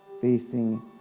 facing